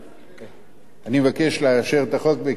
אני מבקש לאשר את החוק בקריאה שנייה ושלישית.